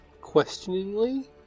questioningly